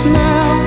now